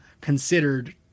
considered